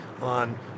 on